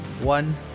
One